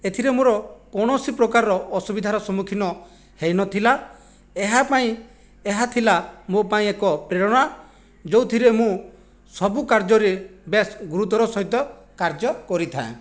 ଏଥିରେ ମୋର କୌଣସି ପ୍ରକାରର ଅସୁବିଧାର ସମ୍ମୁଖୀନ ହୋଇନଥିଲା ଏହା ପାଇଁ ଏହାଥିଲା ମୋ ପାଇଁ ଏକ ପ୍ରେରଣା ଯେଉଁଥିରେ ମୁଁ ସବୁ କାର୍ଯ୍ୟରେ ବେଶ୍ ଗୁରୁତ୍ଵ ର ସହିତ କାର୍ଯ୍ୟ କରିଥାଏ